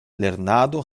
lernado